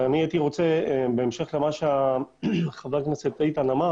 בהמשך למה שאמר חבר הכנסת גינזבורג,